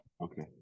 okay